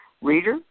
reader